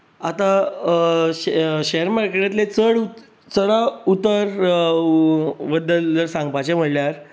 share मार्केटांतले चड चडाव उतार बद्दल सांगपाचे म्हळ्यार